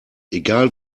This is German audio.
egal